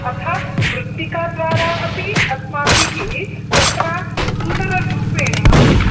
अर्थात् मृत्तिकाद्वारा अपि अस्माभिः तत्र सुन्दररूपेण